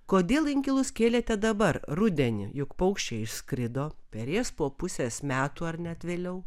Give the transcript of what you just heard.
kodėl inkilus kėlėte dabar rudenį juk paukščiai išskrido perės po pusės metų ar net vėliau